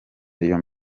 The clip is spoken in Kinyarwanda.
real